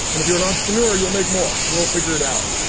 and if you're an entrepreneur, you'll make more, you'll figure it out.